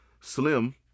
Slim